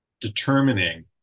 determining